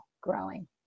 growing